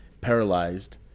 paralyzed